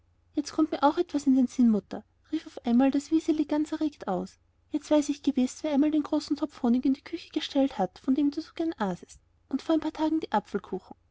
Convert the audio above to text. jetzt kommt mir auch etwas in den sinn mutter rief auf einmal das wiseli ganz erregt aus jetzt weiß ich gewiß wer einmal den großen topf honig in die küche gestellt hat von dem du so gern aßest und vor ein paar tagen die